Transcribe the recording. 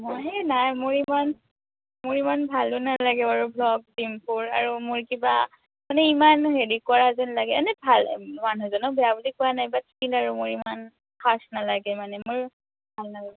মই নাই মোৰ ইমান মোৰ ইমান ভালো নালাগে বাৰু ভ্ল'গ ডিম্পুৰ আৰু মোৰ কিবা মানে ইমান হেৰি কৰা যেন লাগে এনে ভাল মানুহজনক বেয়া বুলি কোৱা নাই বাট ষ্টিল আৰু মোৰ ইমান খাচ নালাগে মানে মোৰ ভাল নালাগে